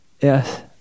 Yes